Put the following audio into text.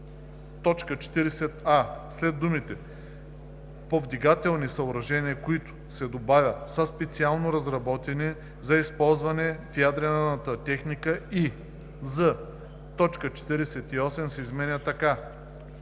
в т. 40а след думите „повдигателни съоръжения, които“ се добавя „са специално разработени за използване в ядрената техника и“; з) точка 48 се изменя така: